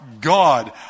god